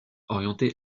orienté